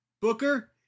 Booker